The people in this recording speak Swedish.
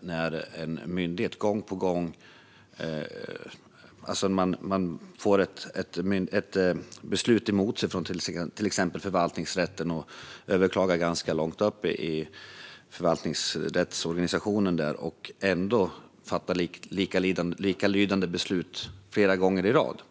när en myndighet får ett beslut emot sig från förvaltningsrätten, som har överklagats ganska långt upp i förvaltningsrättsorganisationen, och ändå fattar likalydande beslut flera gånger i rad.